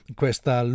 questa